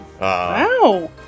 Wow